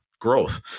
growth